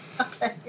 Okay